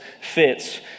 fits